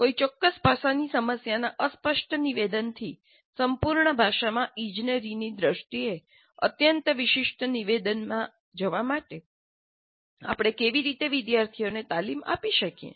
કોઈ ચોક્કસ ભાષાની સમસ્યાના અસ્પષ્ટ નિવેદનથી સંપૂર્ણ ભાષામાં ઇજનેરીની દ્રષ્ટિએ અત્યંત વિશિષ્ટ નિવેદનમાં જવા માટે આપણે કેવી રીતે વિદ્યાર્થીઓને તાલીમ આપી શકીએ